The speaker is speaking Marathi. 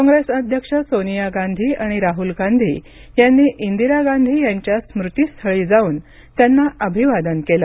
काँग्रेस अध्यक्ष सोनिया गांधी आणि राहुल गांधी यांनी इंदिरा गांधी यांच्या स्मृती स्थळी जाऊन त्यांना अभिवादन केलं